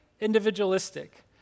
individualistic